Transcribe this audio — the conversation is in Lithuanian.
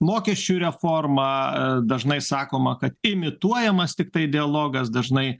mokesčių reformą dažnai sakoma kad imituojamas tiktai dialogas dažnai